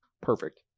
Perfect